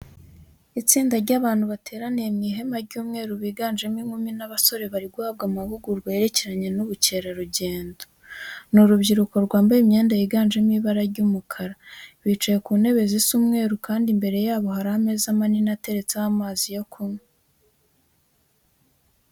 Itsinda ry'abantu bateraniye mu ihema ry'umweru, higanjemo inkumi n'abasore bari guhabwa amahugurwa yerekeranye n'ubukerarugendo. Ni urubyiruko rwambaye imyenda yiganjemo ibara ry'umukara, bicaye mu ntebe zisa umweru kandi imbere yabo hari ameza maanini ateretseho amazi yo kunywa.